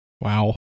Wow